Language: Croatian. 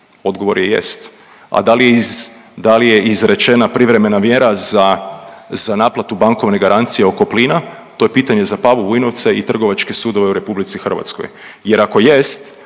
Odgovor je jest. A da li je izrečena privremena mjera za naplatu bankovne garancije oko plina? To je pitanje za Pavu Vujnovca i trgovačke sudove u RH jer ako jest